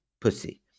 pussy